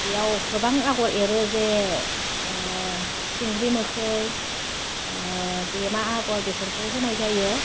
बेयाव गोबां आग'र एरो जे सिंग्रि मोखै बेमा आग'र बेफोरखौ होनाय जायो